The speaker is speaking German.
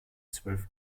zwölf